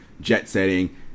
jet-setting